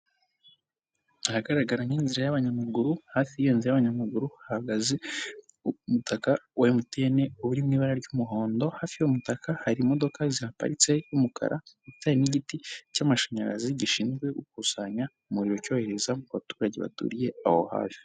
Ahagaragara nk'inzira y'abanyamaguru hafi y'iyo nzira y'abanyamaguru hahagaze umutaka wa MTN uri mu ibara ry'umuhondo, hafi y'uwo mutaka hari imodoka zihaparitse z'umukara ndetse hari n'igiti cy'amashanyarazi gishinzwe gukusanya umuriro cyohereza mu baturage baturiye aho hafi.